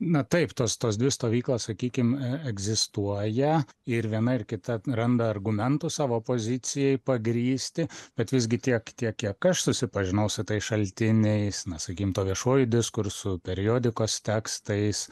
na taip tos tos dvi stovyklos sakykim egzistuoja ir viena ir kita randa argumentų savo pozicijai pagrįsti bet visgi tiek tiek kiek aš susipažinau su tais šaltiniais na sakym tuo viešuoju diskursu periodikos tekstais